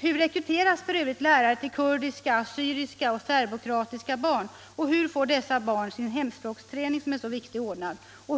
Hur rekryteras för övrigt lärare till kurdiska, assyriska och serbokroatiska barn? Och hur får dessa barn sin hemspråksträning, som är så viktig, ordnad?